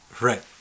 right